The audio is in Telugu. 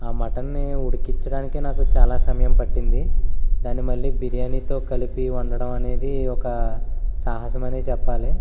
ఆ మటన్ని ఉడికిచ్చడానికే నాకు చాలా సమయం పట్టింది దాన్ని మళ్ళీ బిర్యానీతో కలిపి వండడం అనేది ఒక సాహసం అనే చెప్పాలి